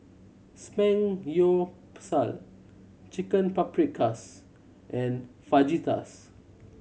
Samgyeopsal Chicken Paprikas and Fajitas